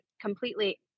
completely